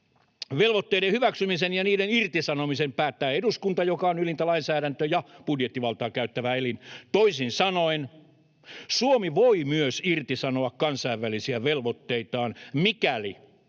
velvoitteiden hyväksymisen ja niiden irtisanomisen päättää eduskunta, joka on ylintä lainsäädäntö- ja budjettivaltaa käyttävä elin. Toisin sanoen Suomi voi myös irtisanoa kansainvälisiä velvoitteitaan, mikäli